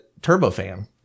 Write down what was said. turbofan